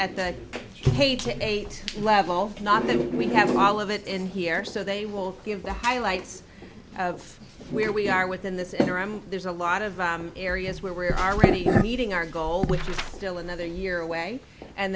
at that page eight level not that we have all of it in here so they will give the highlights of where we are within this interim there's a lot of areas where we're already eating our goal which is still another year away and